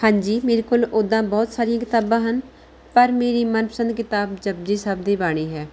ਹਾਂਜੀ ਮੇਰੇ ਕੋਲ ਓਦਾਂ ਬਹੁਤ ਸਾਰੀਆਂ ਕਿਤਾਬਾਂ ਹਨ ਪਰ ਮੇਰੀ ਮਨਪਸੰਦ ਕਿਤਾਬ ਜਪੁਜੀ ਸਾਹਿਬ ਦੀ ਬਾਣੀ ਹੈ